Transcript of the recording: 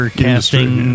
casting